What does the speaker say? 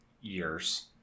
years